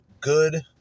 good